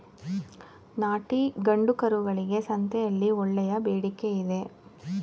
ನಾಟಿ ಗಂಡು ಕರುಗಳಿಗೆ ಸಂತೆಯಲ್ಲಿ ಒಳ್ಳೆಯ ಬೇಡಿಕೆಯಿದೆ